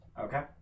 Okay